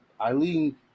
Eileen